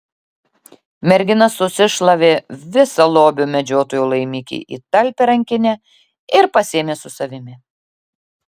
mergina susišlavė visą lobio medžiotojų laimikį į talpią rankinę ir pasiėmė su savimi